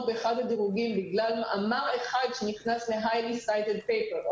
באחד הדירוגים בגלל מאמר אחד שנכנס ל-highly cited paper,